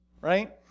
right